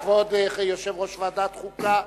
כבוד יושב-ראש ועדת החוקה,